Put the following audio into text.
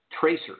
tracers